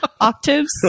octaves